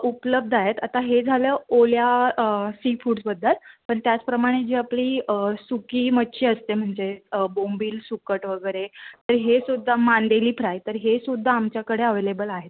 उपलब्ध आहेत आता हे झालं ओल्या सीफूड्सबद्दल पण त्याचप्रमाणे जी आपली सुकी मच्छी असते म्हणजे बोंबील सुकट वगैरे तर हेसुद्धा मांदेली फ्राय तर हेसुद्धा आमच्याकडे अवेलेबल आहेत